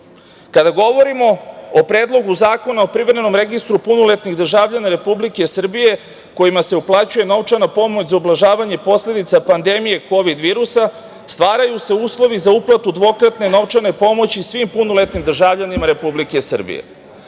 govorimo o Predlogu zakona o privremenom registru punoletnih državljana Republike Srbije kojima se uplaćuje novčana pomoć za ublažavanje posledica pandemije kovid virusa, stvaraju se uslovi za uplatu dvokratne novčane pomoći svim punoletnim državljanima Republike Srbije. Trudiću